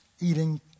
eating